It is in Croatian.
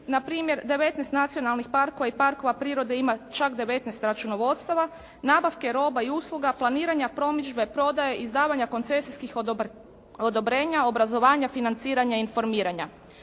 npr. 19 nacionalnih parkova i parkova prirode ima čak 19 računovodstava, nabavke roba i usluga, planiranja promidžba, prodaje, izdavanja koncesijskih odobrenja, obrazovanja, financiranja i informiranja.